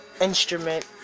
instrument